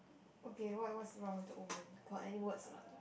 okay what what's wrong with the old man got any words or not